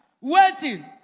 waiting